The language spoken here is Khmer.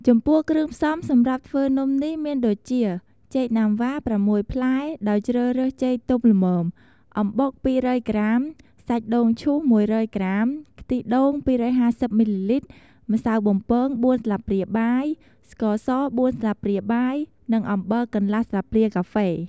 ចំពោះគ្រឿងផ្សំសម្រាប់ធ្វើនំនេះមានដូចជា ចេកណាំវ៉ា ៦ ផ្លែ ដោយជ្រើសរើសចេកទុំល្មម,អំបុក ២០០ ក្រាម,សាច់ដូងឈូស ១០០ ក្រាម,ខ្ទិះដូង ២៥០ មីលីលីត្រ, ម្សៅបំពង ៤ ស្លាបព្រាបាយ, ស្ករស ៤ ស្លាបព្រាបាយ, និងអំបិលកន្លះស្លាបព្រាកាហ្វេ ។